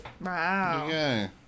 Wow